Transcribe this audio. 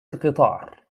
القطار